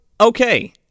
okay